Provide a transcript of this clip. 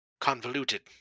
convoluted